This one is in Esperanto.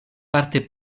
parte